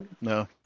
No